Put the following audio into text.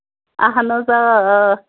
اَہَن حظ آ آ